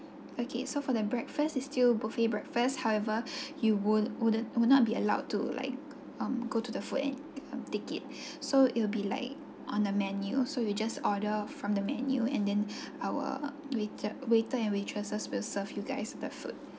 okay so for the breakfast it's still buffet breakfast however you would wouldn't would not be allowed to like um go to the food and um take it so it'll be like on the menu so you just order from the menu and then our waite~ waiter and waitresses will serve you guys the food